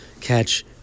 catch